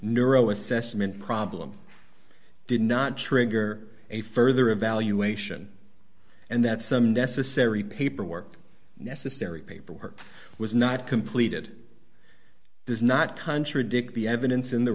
neuro assessment problem did not trigger a further evaluation and that some necessary paperwork necessary paperwork was not completed does not contradict the evidence in the